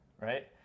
right